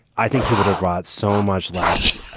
i think he would have brought so much less.